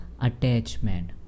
attachment